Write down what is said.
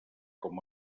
com